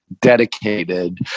dedicated